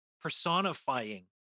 personifying